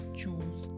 choose